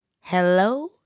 Hello